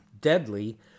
deadly